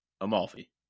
amalfi